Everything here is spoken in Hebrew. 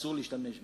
אסור להשתמש בזה.